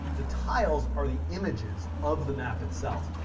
the tiles are the images of the map itself.